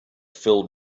filled